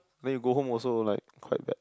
then you go home also like quite bad